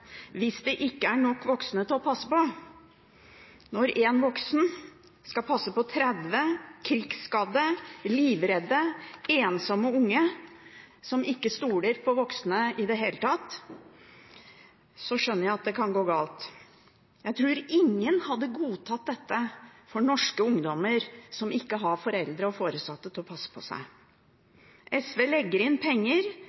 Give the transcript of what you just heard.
hvis det ikke er nok voksne til å passe på. Når én voksen skal passe på 30 krigsskadde, livredde, ensomme unge som ikke stoler på voksne i det hele tatt, skjønner jeg at det kan gå galt. Jeg tror ingen hadde godtatt noe slikt for norske ungdommer som ikke har foreldre og foresatte til å passe på seg. SV legger i sitt budsjett inn penger